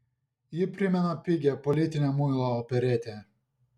ji primena pigią politinę muilo operetę